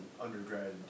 undergrad